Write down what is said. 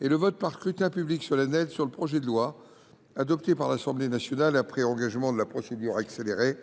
et le vote par scrutin public solennel sur le projet de loi, adopté par l’Assemblée nationale après engagement de la procédure accélérée,